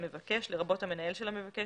"המבקש" לרבות המנהל של המבקש,